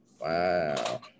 Wow